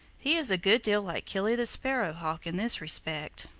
he is a good deal like killy the sparrow hawk in this respect.